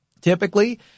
Typically